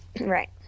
right